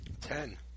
Ten